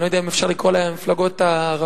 אני לא יודע אם אפשר לקרוא להן "מפלגות ערביות",